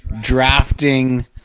Drafting